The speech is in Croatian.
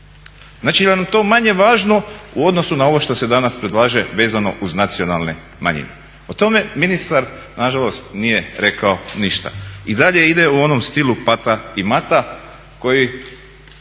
nam je to manje važno u odnosu na ovo što se danas predlaže vezano uz nacionalne manjine. O tome ministar nažalost nije rekao ništa. I dalje ide u onom stilu pata i mata koji